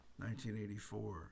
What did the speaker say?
1984